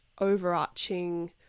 overarching